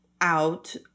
out